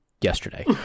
yesterday